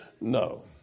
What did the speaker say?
no